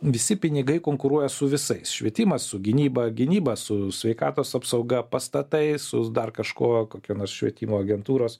visi pinigai konkuruoja su visais švietimas su gynyba gynyba su sveikatos apsauga pastatai su dar kažko kokia nors švietimo agentūros